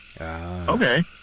Okay